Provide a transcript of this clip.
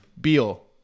Beal